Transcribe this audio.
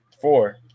Four